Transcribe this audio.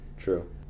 True